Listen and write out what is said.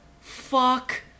Fuck